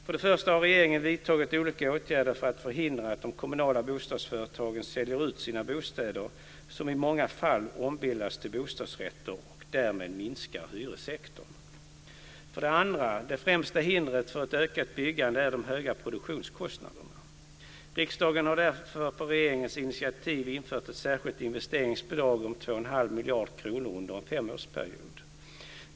För det första har regeringen vidtagit olika åtgärder för att förhindra att de kommunala bostadsföretagen säljer ut sina bostäder, som i många fall ombildas till bostadsrätter och därmed minskar hyressektorn. För det andra är det främsta hindret för ett ökat byggande de höga produktionskostnaderna. Riksdagen har därför på regeringens initiativ infört ett särskilt investeringsbidrag om 2 1⁄2 miljard kronor under en femårsperiod.